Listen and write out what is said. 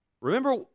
Remember